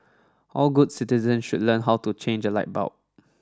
all good citizens should learn how to change a light bulb